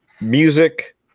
music